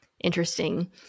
interesting